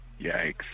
Yikes